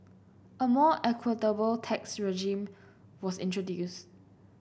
a more equitable tax regime was introduced